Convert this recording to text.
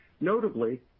Notably